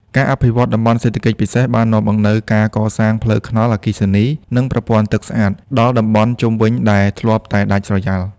ការអភិវឌ្ឍ តំបន់សេដ្ឋកិច្ចពិសេស បាននាំមកនូវការកសាងផ្លូវថ្នល់ អគ្គិសនី និងប្រព័ន្ធទឹកស្អាត ដល់តំបន់ជុំវិញដែលធ្លាប់តែដាច់ស្រយាល។